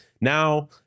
now